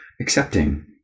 accepting